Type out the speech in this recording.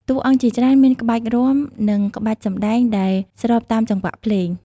តួអង្គជាច្រើនមានក្បាច់រាំ និងក្បាច់សម្ដែងដែលស្របតាមចង្វាក់ភ្លេង។